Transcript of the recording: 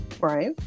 right